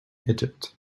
egypt